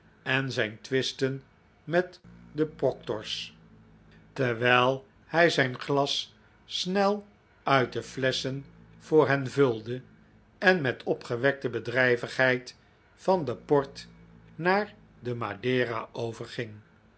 en zijn twisten met de proctors terwijl hij zijn glas snel uit de flesschen voor hen vulde en met opgewekte bedrijvigheid van den port naar de madera